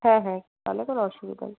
হ্যাঁ হ্যাঁ তাহলে কোনো অসুবিধা নেই